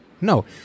No